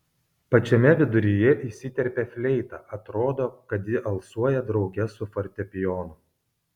pačiame viduryje įsiterpia fleita atrodo kad ji alsuoja drauge su fortepijonu